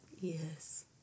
Yes